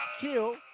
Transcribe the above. kill